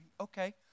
Okay